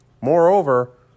Moreover